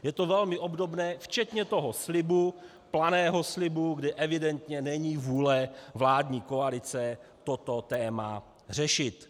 Je to velmi obdobné včetně toho slibu, planého slibu, kde evidentně není vůle vládní koalice toto téma řešit.